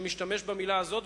שמשתמש במלה הזאת,